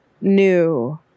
new